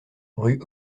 rue